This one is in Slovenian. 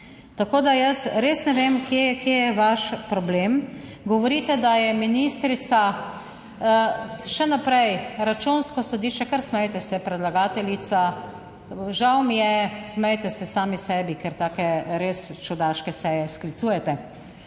Tako, da jaz res ne vem kje je vaš problem. Govorite, da je ministrica, še naprej, Računsko sodišče, kar smejte se, predlagateljica, žal mi je, smejte se sami sebi, ker take res čudaške seje sklicujete.